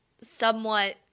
somewhat